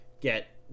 get